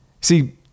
See